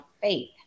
faith